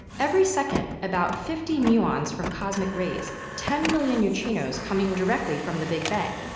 every second, about fifty muons from cosmic rays, ten million neutrinos coming directly from the big bang,